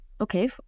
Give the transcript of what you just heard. Okay